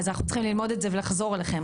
אז אנחנו צריכים ללמוד את זה ולחזור אליכם.